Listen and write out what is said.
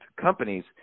companies